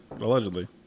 allegedly